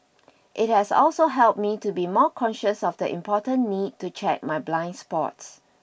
it has also helped me to be more conscious of the important need to check my blind spots